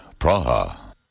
Praha